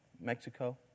Mexico